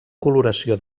coloració